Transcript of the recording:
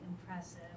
impressive